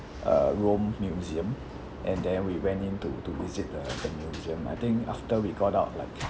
a rome museum and then we went in to to visit the the museum I think after we got out like